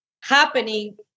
happening